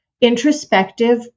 introspective